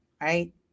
right